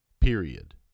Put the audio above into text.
period